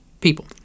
people